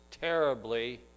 terribly